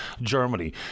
Germany